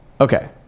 okay